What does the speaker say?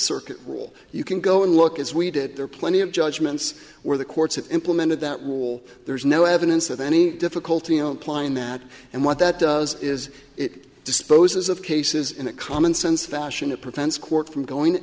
circuit rule you can go and look as we did there are plenty of judgments where the courts implemented that wall there's no evidence of any difficulty you know implying that and what that does is it does rosa's of cases in a common sense fashion it prevents court from going